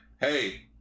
hey